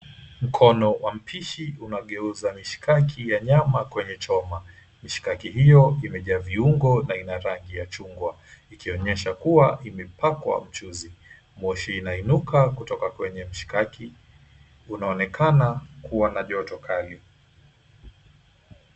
Mkono wa mapishi unageza mishikaki ya nyama kwenye choma. Mshikaki hiyo inaviungonna inarangi ya chungwa, ukionyesha kuwa imepakwa juzi. Moshi inainuka kutoka kwenye mshikaki, unaonekana kuwa na joto kali.